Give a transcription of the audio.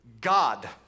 God